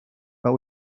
but